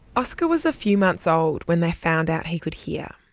oskar was a few months old when they found out he could hear,